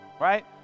right